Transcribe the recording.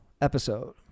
episode